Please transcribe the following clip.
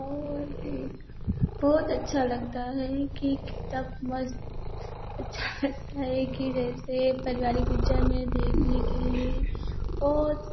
और बहुत अच्छा लगता है कि कि तब मस्त अच्छा लगता है कि जैसे परिवारिक पिक्चर में भेदने के लिए बहुत